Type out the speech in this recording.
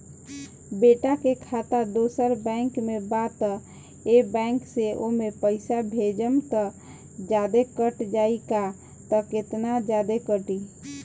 बेटा के खाता दोसर बैंक में बा त ए बैंक से ओमे पैसा भेजम त जादे कट जायी का त केतना जादे कटी?